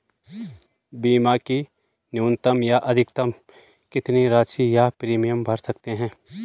बीमा की न्यूनतम या अधिकतम कितनी राशि या प्रीमियम भर सकते हैं?